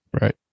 Right